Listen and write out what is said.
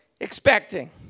expecting